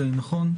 נכון?